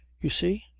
you see,